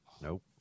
Nope